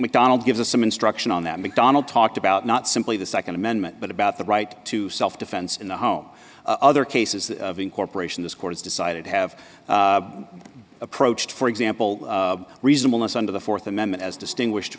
macdonald gives us some instruction on that macdonald talked about not simply the second amendment but about the right to self defense in the home other cases the incorporation this court has decided have approached for example reasonable as under the fourth amendment as distinguished